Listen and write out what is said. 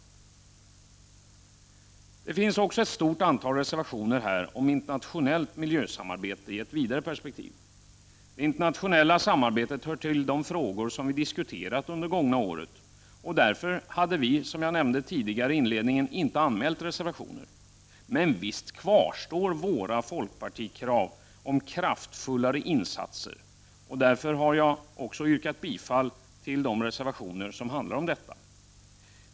Det finns också ett stort antal reservationer om ett internationellt miljösamarbete i ett vidare perspektiv. Frågan om det internationella samarbetet är en av de frågor som vi har diskuterat under det gångna året. Därför hade vi, som jag inledningsvis nämnde, inte anmält några reservationer. Men för den skull kvarstår våra krav på kraftfullare insatser. Därför har jag yrkat bifall till de reservationer som handlar om just dessa saker.